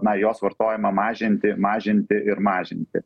na jos vartojimą mažinti mažinti ir mažinti